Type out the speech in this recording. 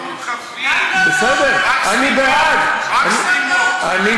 רק טיפולים לא מורכבים.